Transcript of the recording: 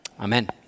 Amen